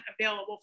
available